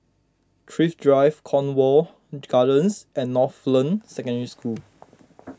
Thrift Drive Cornwall Gardens and Northland Secondary School